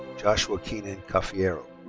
joshua keenan cafiero.